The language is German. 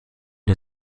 der